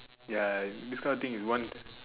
ya this kind of thing you want